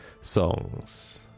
songs